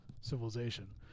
civilization